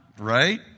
Right